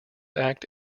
act